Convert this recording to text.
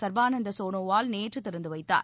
சர்பானந்தா சோனோவால் நேற்று திறந்து வைத்தார்